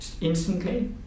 instantly